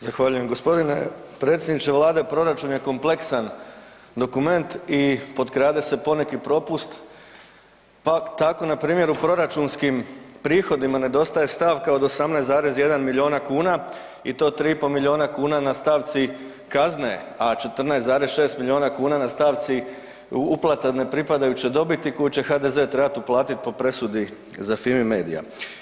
Zahvaljujem. g. Predsjedniče vlade, proračun je kompleksan dokument i potkrade se poneki propust, pa tako npr. u proračunskim prihodima nedostaje stavka od 18,1 milijuna kuna i to 3,5 milijuna kuna na stavci kazne, a 14,6 milijuna kuna na stavci uplata ne pripadajuće dobiti koju će HDZ trebat uplatit po presudi za Fimi media.